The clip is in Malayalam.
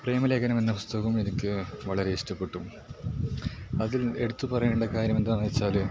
പ്രമേലഖനം എന്ന പുസ്തകം എനിക്ക് വളരെ ഇഷ്ടപ്പെട്ടു അതിൽ എടുത്ത് പറയേണ്ട കാര്യം എന്താണെന്ന് വച്ചാൽ